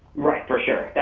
right, for sure.